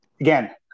Again